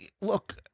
look